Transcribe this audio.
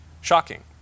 shocking